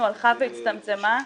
החלטת הממשלה מצורפת.